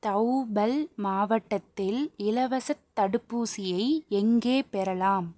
தவுபல் மாவட்டத்தில் இலவசத் தடுப்பூசியை எங்கே பெறலாம்